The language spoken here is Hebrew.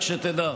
רק שתדע.